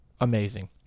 amazing